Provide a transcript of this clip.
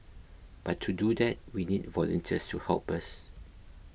but to do that we need volunteers to help us